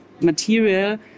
material